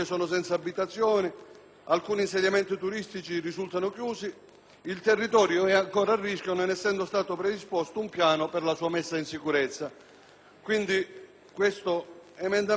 alcuni insediamenti turistici risultano chiusi, il territorio è ancora a rischio, non essendo stato predisposto un piano per la sua messa in sicurezza. L'emendamento da